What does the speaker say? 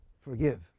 Forgive